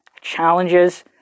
challenges